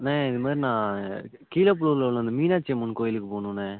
அண்ணே இது மாதிரி நான் கீழப்பழூரில் உள்ள இந்த மீனாட்சியம்மன் கோயிலுக்கு போகணுண்ணே